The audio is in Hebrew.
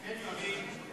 קניונים.